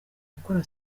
gukora